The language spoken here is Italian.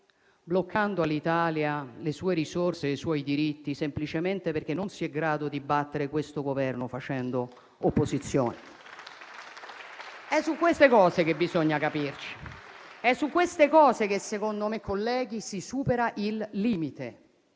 bloccando all'Italia le sue risorse e i suoi diritti, semplicemente perché non si è in grado di battere questo Governo facendo opposizione? È su queste cose che bisogna capirci. È su queste cose che secondo me, colleghi, si supera il limite,